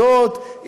ובמסעדות.